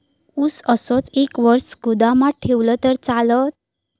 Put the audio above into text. ऊस असोच एक वर्ष गोदामात ठेवलंय तर चालात?